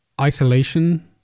isolation